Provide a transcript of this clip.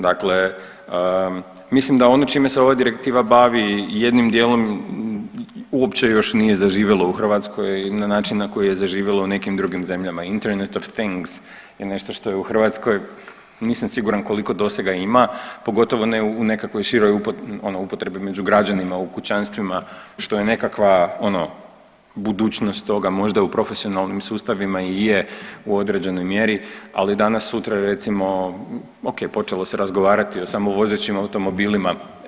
Dakle, mislim da ono čime se ova direktiva bavi jednim dijelom uopće još nije zaživjelo u Hrvatskoj na način na koji je zaživjelo u nekim drugim zemljama internet of things je nešto što je u Hrvatskoj nisam siguran koliko dosega ima, pogotovo ne u nekakvoj široj, ono upotrebi među građanima, u kućanstvima što je nekakva ono budućnost toga možda u profesionalnim sustavima i je u određenoj mjeri, ali danas sutra recimo ok počelo se razgovarati o samovozećim automobilima.